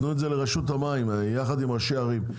תנו את זה לרשות המים יחד עם ראשי ערים,